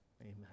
Amen